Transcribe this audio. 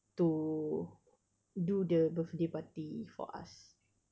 to do the birthday party for us